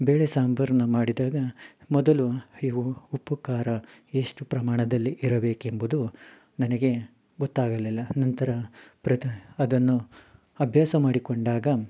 ಬೇಳೆ ಸಾಂಬಾರ್ನ ಮಾಡಿದಾಗ ಮೊದಲು ಇವು ಉಪ್ಪು ಖಾರ ಎಷ್ಟು ಪ್ರಮಾಣದಲ್ಲಿ ಇರಬೇಕೆಂಬುದು ನನಗೆ ಗೊತ್ತಾಗಲಿಲ್ಲ ನಂತರ ಪ್ರತಿ ಅದನ್ನು ಅಭ್ಯಾಸ ಮಾಡಿಕೊಂಡಾಗ